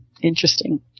Interesting